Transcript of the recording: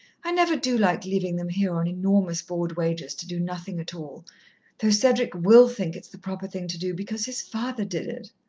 i never do like leaving them here on enormous board wages, to do nothing at all though cedric will think it's the proper thing to do, because his father did it.